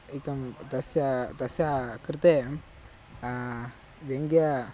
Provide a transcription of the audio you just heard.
एकं तस्य तस्य कृते व्यङ्ग्यं